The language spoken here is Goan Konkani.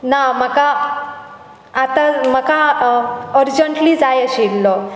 ना म्हाका आतांं म्हाका अर्जंटली जाय आशिल्लो